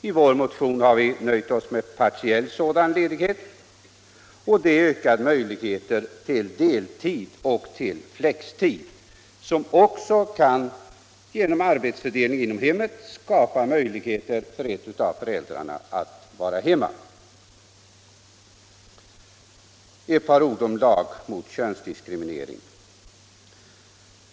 I vår motion har vi nöjt oss med partiell sådan ledighet och föreslagit ökad möjlighet till deltid och till flextid, något som också — genom arbetsfördelning inom hemmet — kan skapa möjligheter för en av föräldrarna att vara hemma och ta hand om barnen. Ett par ord om lag mot könsdiskriminering!